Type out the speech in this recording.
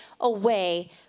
away